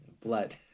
blood